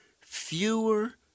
fewer